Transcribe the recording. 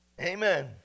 amen